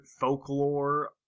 folklore